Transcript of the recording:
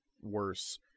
worse